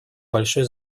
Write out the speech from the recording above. большой